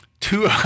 two